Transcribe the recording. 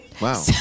Wow